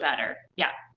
better. yep.